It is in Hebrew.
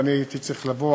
ואני הייתי צריך לבוא,